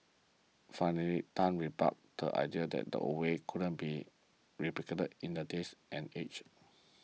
finally Tan rebutted the idea that the old ways couldn't be replicated in the days and age